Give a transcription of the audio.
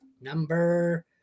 number